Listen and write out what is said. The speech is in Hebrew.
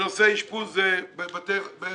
בנושא אשפוז בסיעוד